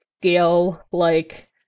scale-like